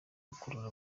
gukurura